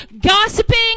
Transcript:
gossiping